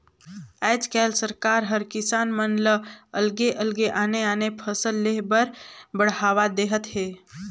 आयज कायल सरकार हर किसान मन ल अलगे अलगे आने आने फसल लेह बर बड़हावा देहत हे